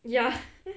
ya